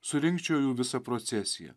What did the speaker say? surinkčiau jų visą procesiją